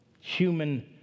Human